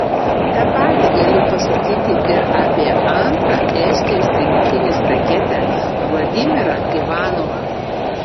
tą patį galiu pasakyti ir apie antrą estijos rinktinės raketę vladimirą ivanovą